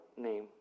name